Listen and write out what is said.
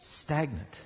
stagnant